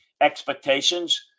expectations